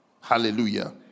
Hallelujah